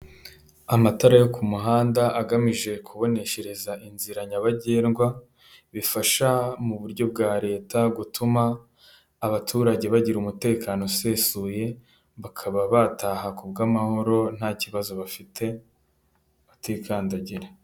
Amatara yo ku muhanda agamije kuboneshereza inzira nyabagendwa, bifasha mu buryo bwa leta gutuma abaturage bagira umutekano usesuye, bakaba bataha ku bw'amahoro nta kibazo bafite, batikandagira.